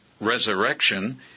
resurrection